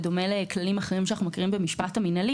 בדומה לכללים אחרים שאנחנו מכירים במשפט המינהלי,